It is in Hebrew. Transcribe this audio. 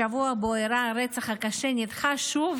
בשבוע שבו אירע הרצח הקשה נדחה שוב